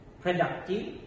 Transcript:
productive